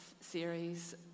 series